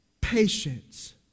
patience